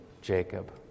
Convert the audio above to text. Jacob